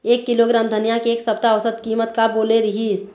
एक किलोग्राम धनिया के एक सप्ता औसत कीमत का बोले रीहिस?